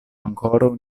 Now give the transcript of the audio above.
ankoraŭ